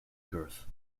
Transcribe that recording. girth